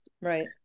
Right